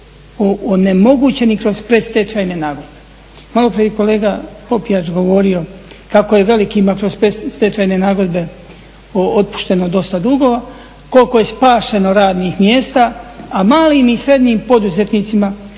onemogućeni kroz predstečajne nagodbe. Malo prije je kolega Popijač govorio kako je velikima kroz predstečjane nagodbe otpušteno dosta dugova, koliko je spašeno radnih mjesta a malim i srednjim poduzetnicima